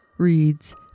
Reads